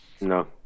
no